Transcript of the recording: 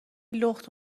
لخت